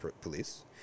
police